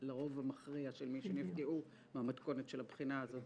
לרוב המכריע של מי שנפגעו מהמתכונת של הבחינה הזאת.